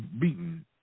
beaten